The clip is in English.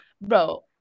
bro